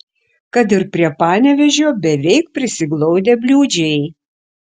kad ir prie panevėžio beveik prisiglaudę bliūdžiai